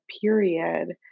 period